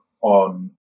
on